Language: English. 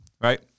right